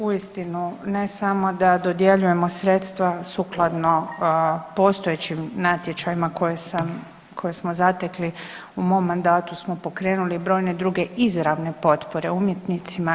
Uistinu, ne samo da dodjeljujemo sredstva sukladno postojećim natječajima koje sam, koje smo zatekli u mom mandatu smo pokrenuli brojne druge izravne potpore umjetnicima.